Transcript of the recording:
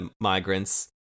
migrants